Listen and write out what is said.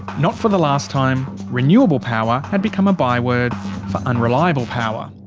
not for the last time, renewable power had become a byword for unreliable power.